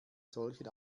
solchen